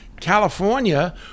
California